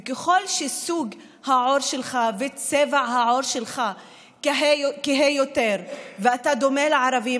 ככל שסוג העור שלך וצבע העור שלך כהה יותר ואתה דומה לערבים